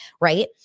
right